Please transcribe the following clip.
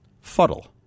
Fuddle